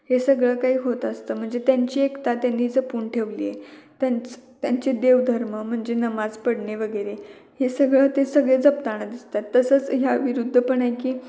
हे सगळं काही होत असतं म्हणजे त्यांची एकता त्यांनी जपून ठेवली आहे त्यांच त्यांचे देव धर्म म्हणजे नमाज पढणे वगैरे हे सगळं ते सगळे जपताना दिसतात तसंच ह्या विरुद्ध पण आहे की